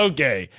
Okay